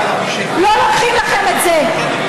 לא לוקחים לכם את זה.